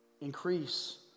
increase